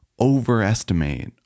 overestimate